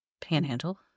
Panhandle